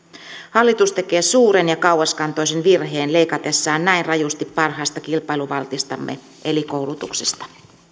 hallitus tekee suuren ja kauaskantoisen virheen leikatessaan näin rajusti parhaasta kilpailuvaltistamme eli koulutuksesta